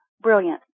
Brilliant